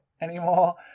anymore